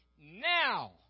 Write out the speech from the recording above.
Now